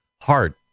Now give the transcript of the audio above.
heart